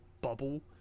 bubble